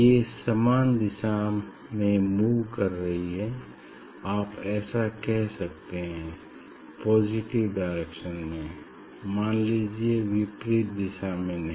ये समान दिशा में मूव कर रही हैं आप ऐसा कह सकते हैं पॉजिटिव डायरेक्शन में मान लीजिए विपरीत दिशा में नहीं